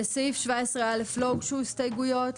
לסעיף 17א לא הוגשו הסתייגויות.